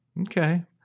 Okay